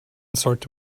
sollte